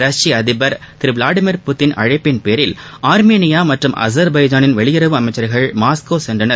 ரஷ்ப அதிபர் திரு Vladimir Putin அழைப்பின் பேரில் ஆர்மீனியா மற்றம் அஸர்பைஜானின் வெளியுறவு அமைச்சர்கள் மாஸ்கோ சென்றனர்